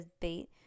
bait